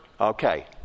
Okay